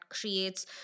creates